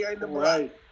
right